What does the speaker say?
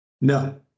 No